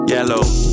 Yellow